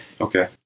Okay